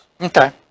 Okay